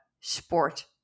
sport